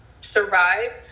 survive